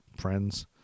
friends